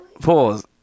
Pause